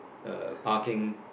a parking